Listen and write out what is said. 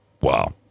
Wow